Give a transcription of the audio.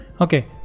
Okay